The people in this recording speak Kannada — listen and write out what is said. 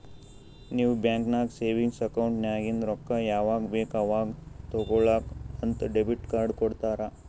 ನೀವ್ ಬ್ಯಾಂಕ್ ನಾಗ್ ಸೆವಿಂಗ್ಸ್ ಅಕೌಂಟ್ ನಾಗಿಂದ್ ರೊಕ್ಕಾ ಯಾವಾಗ್ ಬೇಕ್ ಅವಾಗ್ ತೇಕೊಳಾಕ್ ಅಂತ್ ಡೆಬಿಟ್ ಕಾರ್ಡ್ ಕೊಡ್ತಾರ